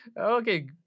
Okay